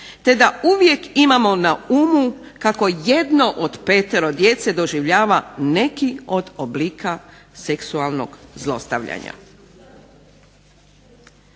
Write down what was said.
te da uvijek imamo na umu kako jedno od petero djece doživljava neki od oblika seksualnog zlostavljanja.